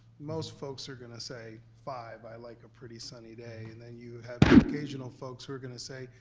most folks are gonna say, five, i like a pretty sunny day. and then you have occasional folks who are gonna say,